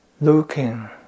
looking